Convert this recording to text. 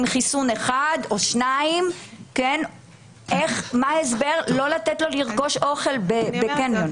חיסון אחד או שניים לא לתת לו לרכוש אוכל בקניון?